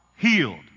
healed